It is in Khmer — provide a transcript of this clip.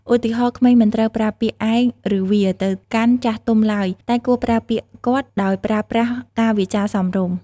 ឧទាហរណ៍ ក្មេងមិនត្រូវប្រើពាក្យ ឯង ឬ វា ទៅកាន់ចាស់ទុំឡើយ តែគួរប្រើពាក្យ គាត់ ដោយប្រើប្រាស់ការវាចារសមរម្យ។